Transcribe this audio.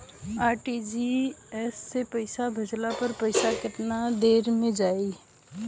RTGS से पईसा भेजला पर पईसा केतना देर म जाई?